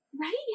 Right